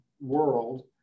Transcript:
world